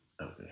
Okay